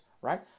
Right